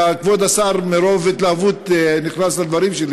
כבוד השר מרוב התלהבות נכנס לדברים שלי.